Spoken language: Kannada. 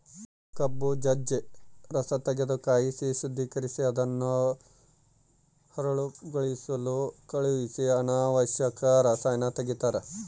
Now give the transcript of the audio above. ಕಬ್ಬು ಜಜ್ಜ ರಸತೆಗೆದು ಕಾಯಿಸಿ ಶುದ್ದೀಕರಿಸಿ ಅದನ್ನು ಹರಳುಗೊಳಿಸಲು ಕಳಿಹಿಸಿ ಅನಾವಶ್ಯಕ ರಸಾಯನ ತೆಗಿತಾರ